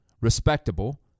respectable